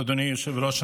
אדוני היושב-ראש,